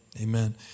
Amen